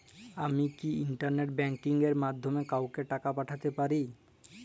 আমি কি internet banking এর মাধ্যমে কাওকে টাকা পাঠাতে পারি?